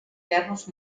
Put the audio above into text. guerres